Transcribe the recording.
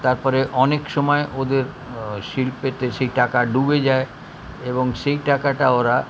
তারপরে অনেক সময় ওদের শিল্পেতে সেই টাকা ডুবে যায় এবং সেই টাকাটা ওরা